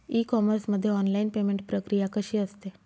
E commerce मध्ये online payment प्रक्रिया कशी असते?